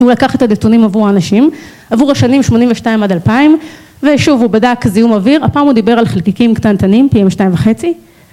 הוא לקח את הנתונים עבור האנשים, עבור השנים שמונים ושתיים עד אלפיים, ושוב הוא בדק זיהום אוויר הפעם הוא דיבר על חלקיקים קטנטנים PM2.5